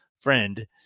friend